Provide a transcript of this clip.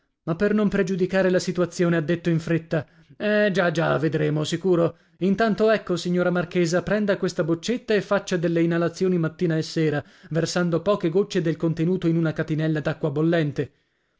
ma per non pregiudicare la situazione ha detto in fretta eh già già vedremo sicuro intanto ecco signora marchesa prenda questa boccetta e faccia delle inalazioni mattina e sera versando poche gocce del contenuto in una catinella d'acqua bollente